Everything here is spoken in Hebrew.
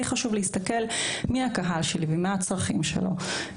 חשוב להסתכל מי הקהל שלי ומה הצרכים שלו.